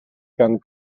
gan